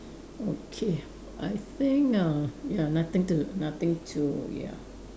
okay I think uh ya nothing to nothing to ya